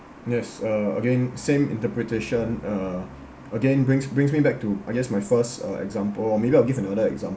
yes uh again same interpretation uh again brings brings me back to I guess my first uh example or maybe I'll give another example